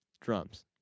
drums